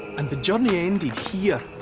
and the journey ended here,